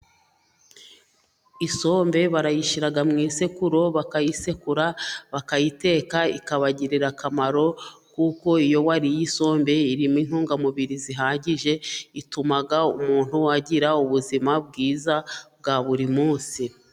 Isombe barayishyira mu isekuru, bakayisekura bakayiteka, ikabagirira akamaro, kuko iyo wariye isombe irimo intungamubiri zihagije ,ituma umuntu agira ubuzima bwiza bwa buri munsi.